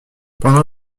pendant